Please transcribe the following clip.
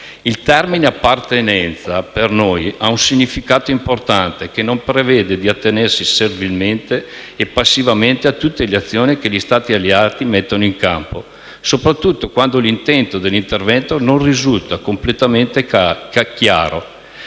Il termine appartenenza, per noi, ha un significato importante che non prevede di attenersi servilmente e passivamente a tutte le azioni che gli Stati alleati mettono in campo. Soprattutto quando l'intento dell'intervento non risulta completamente chiaro.